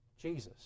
Jesus